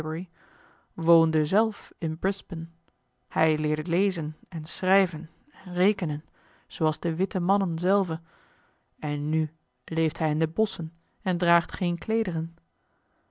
woonde zelf in brisbane hij leerde lezen en schrijven en rekenen zooals de witte mannen zelve en nu leeft hij in de bosschen en draagt geene